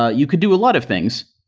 ah you could do a lot of things,